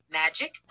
magic